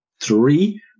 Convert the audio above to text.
three